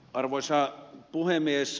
arvoisa puhemies